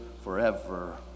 forever